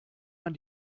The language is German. man